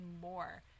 more